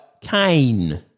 Kane